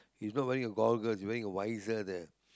he's not wearing a goggle wearing a visor there